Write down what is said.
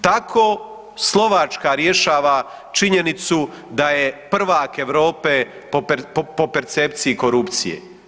Tako Slovačka rješava činjenicu da je prvak Europe po percepciji korupcije.